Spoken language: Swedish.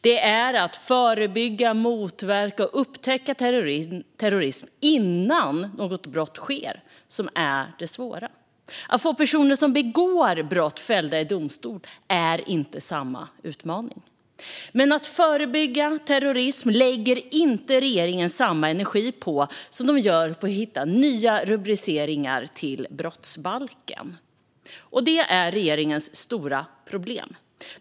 Det är att förebygga, motverka och upptäcka terrorism innan något brott sker som är det svåra. Att få personer som begår brott fällda i domstol är inte samma utmaning. Men att förebygga terrorism lägger inte regeringen samma energi på som de gör på att hitta på nya rubriceringar till brottsbalken. Det är regeringens stora problem.